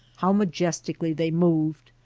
how majestically they moved,